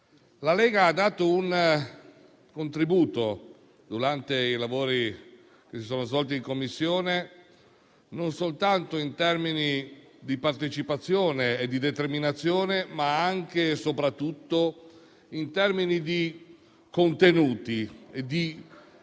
La Lega ha dato un contributo durante i lavori che si sono svolti in Commissione non soltanto in termini di partecipazione e di determinazione, ma anche e soprattutto di contenuti e dell'importante